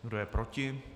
Kdo je proti?